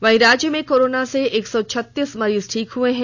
वहीं राज्य में कोरोना से एक सौ छत्तीस मरीज ठीक हुए हैं